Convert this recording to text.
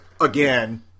again